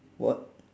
what